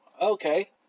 Okay